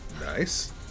Nice